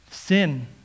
Sin